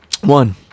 One